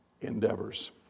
endeavors